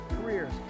careers